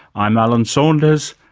i'm alan saunders,